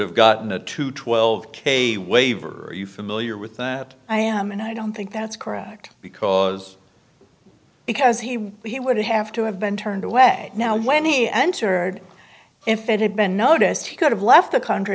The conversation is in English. have gotten a two twelve k waiver are you familiar with that i am and i don't think that's correct because because he would he would have to have been turned away now when he entered if it had been noticed he could have left the country